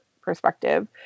perspective